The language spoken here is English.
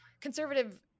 conservative